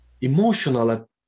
emotional